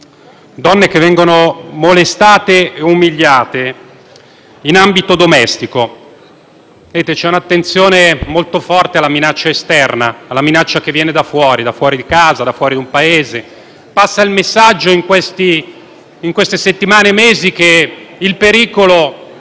donne che vengono molestate e umiliate in ambito domestico. Vedete, c'è un'attenzione molto forte alla minaccia esterna, alla minaccia che viene da fuori, da fuori casa o da fuori il Paese. In queste settimane e in questi mesi il